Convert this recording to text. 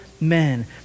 men